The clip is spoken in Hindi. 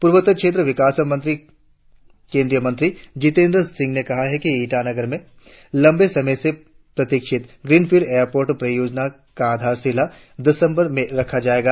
पूर्वोत्तर क्षेत्र विकास केंद्रीय मंत्री जितेंद्र सिंह ने कहा कि ईटानगर में लम्बे समय से प्रतीक्षित ग्रीनफील्ड एयरपोर्ट परियोजना का आधारशिला दिसंबर में रहा जाएगा